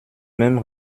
même